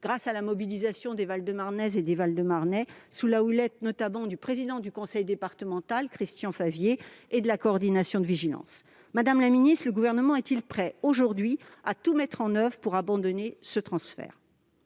grâce à la mobilisation des Val-de-Marnaises et des Val-de-Marnais, sous la houlette notamment du président du conseil départemental, Christian Favier, et de la Coordination de vigilance. Madame la ministre, le Gouvernement est-il prêt aujourd'hui à tout mettre en oeuvre pour abandonner ce transfert ?